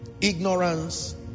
ignorance